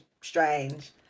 strange